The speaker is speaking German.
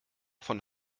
von